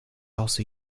also